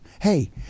hey